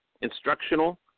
instructional